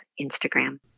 Instagram